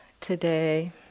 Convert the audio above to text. today